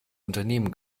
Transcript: unternehmen